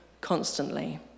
constantly